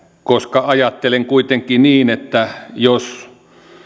koska ajattelen kuitenkin niin että jos